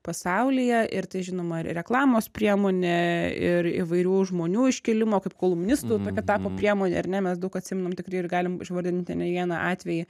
pasaulyje ir tai žinoma ir reklamos priemonė ir įvairių žmonių iškilimo kaip kolumnistų tokia tapo priemonė ar ne mes daug atsimenam tikrai ir galim išvardinti ne vieną atvejį